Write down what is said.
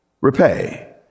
repay